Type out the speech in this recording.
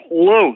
close